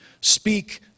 speak